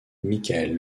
michael